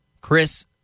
Chris